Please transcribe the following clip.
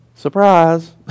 surprise